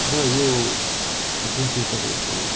र यो जुन चाहिँ तपाईँको